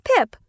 Pip